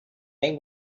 make